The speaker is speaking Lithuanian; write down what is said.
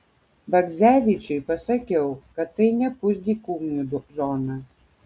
bagdzevičiui pasakiau kad tai ne pusdykumių zona